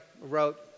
wrote